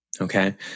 okay